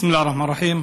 בסם אללה א-רחמאן א-רחים.